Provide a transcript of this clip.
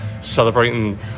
celebrating